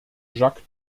jacques